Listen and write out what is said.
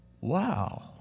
Wow